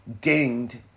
dinged